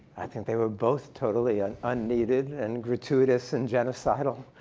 i think they were both totally and unneeded and gratuitous and genocidal.